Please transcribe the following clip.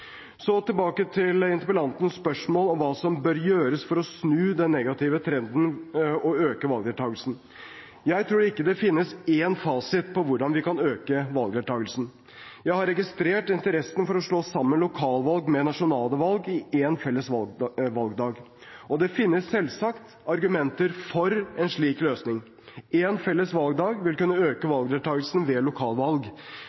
Tilbake til interpellantens spørsmål om hva som bør gjøres for å snu den negative trenden og øke valgdeltakelsen. Jeg tror ikke det finnes én fasit på hvordan vi kan øke valgdeltakelsen. Jeg har registrert interessen for å slå sammen lokalvalg med nasjonale valg i en felles valgdag. Det finnes selvsagt argumenter for en slik løsning. En felles valgdag vil kunne øke valgdeltakelsen ved lokalvalg.